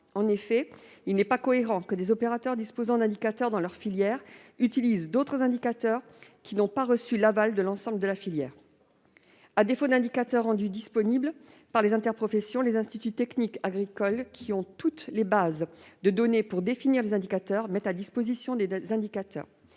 En effet, il n'est pas cohérent que des opérateurs disposant d'indicateurs dans leurs filières en utilisent d'autres, qui n'ont pas reçu l'aval de l'ensemble de la filière. À défaut d'indicateurs élaborés par les interprofessions, les instituts techniques agricoles, qui ont toutes les bases de données nécessaires, définissent et mettent à disposition des indicateurs.